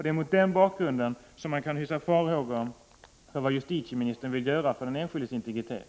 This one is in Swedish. Det är mot denna bakgrund som man kan hysa farhågor om vad justitieministern vill göra för den enskildes integritet.